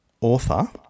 author